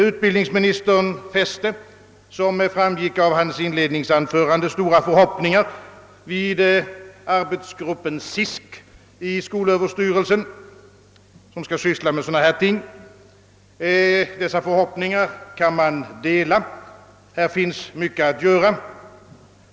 Utbildningsministern fäste, såsom framgick av hans inledningsanförande, stora förhoppningar vid arbetsgruppen Sisk i skolöverstyrelsen som skall ägna sig åt frågor av detta slag. Dessa förhoppningar kan man dela. Det finns mycket att göra på området.